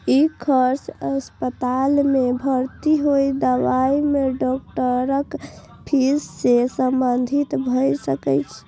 ई खर्च अस्पताल मे भर्ती होय, दवाई, डॉक्टरक फीस सं संबंधित भए सकैए